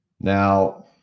Now